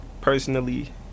personally